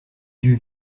yeux